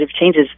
changes